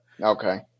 Okay